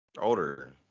older